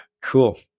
Cool